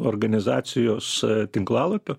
organizacijos tinklalapio